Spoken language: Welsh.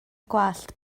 gwallt